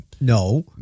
No